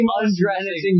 undressing